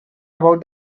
about